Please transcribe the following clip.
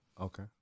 Okay